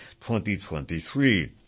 2023